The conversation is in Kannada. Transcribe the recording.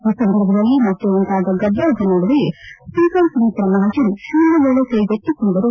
ಈ ಸಂದರ್ಭದಲ್ಲಿ ಮತ್ತೆ ಉಂಟಾದ ಗದ್ದಲದ ನಡುವೆಯೇ ಸ್ವೀಕರ್ ಸುಮಿತ್ರಾ ಮಹಾಜನ್ ಶೂನ್ಲವೇಳೆ ಕ್ಷೆಗೆತ್ತಿಕೊಂಡರು